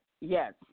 Yes